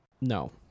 no